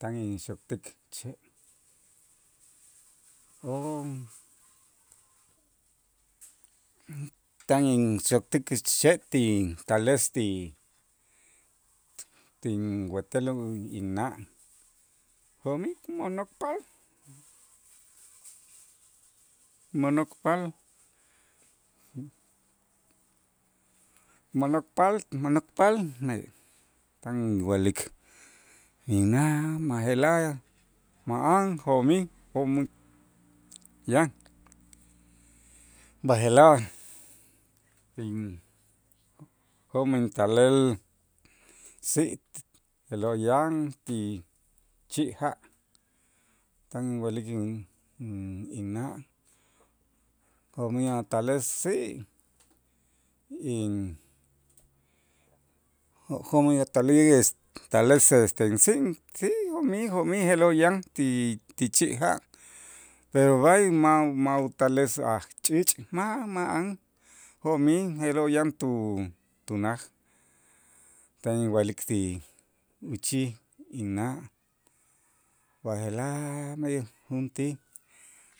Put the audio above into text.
tan inxot'ik che' on tan inxot'ik che' ti tales ti tinwetel inna' jo'mij mo'nokpaal mo'nokpaal mo'nokpaal mo'nokpaal tan inwa'lik inna', b'aje'laj ma'an jo'mij jo'mu ya b'aje'laj tin jo'mij intalel si' te'lo' yan ti chi' ja' tan inwa'lik in- in- inna' jo'mij a' tales si' in jo'mij a talij es tales este si' sí jo'mij je'lo' yan ti- ti chi' ja', pero b'ay ma' ma' utales ajch'iich' ma' ma'an jo'mij je'lo', yan tu- tunaj tan inwa'lik ti uchij inna' b'aje'laj junti